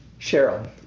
Cheryl